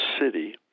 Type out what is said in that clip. city